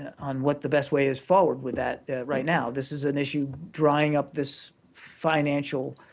on what the best way is forward with that right now. this is an issue drying up this financial